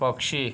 पक्षी